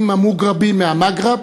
אם המוגרבים מהמגרב,